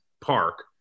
Park